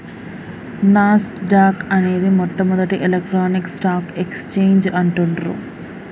నాస్ dock అనేది మొట్టమొదటి electronic stock exchange అంటుండ్రు